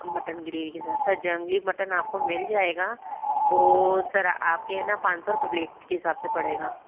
mutton gravy के साथ sir जंगली मटन आपको मिल जाएगा वो सर आपके है ना पाँच सौ रुपए प्लेट के हिसाब से पड़ेगा